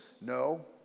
No